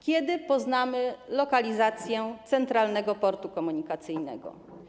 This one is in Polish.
Kiedy poznamy lokalizację Centralnego Portu Komunikacyjnego?